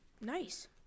Nice